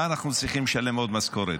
מה אנחנו צריכים לשלם עוד משכורת?